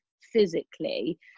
physically